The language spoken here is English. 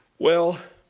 well,